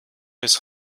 bis